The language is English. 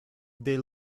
they